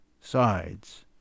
sides